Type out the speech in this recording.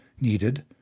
needed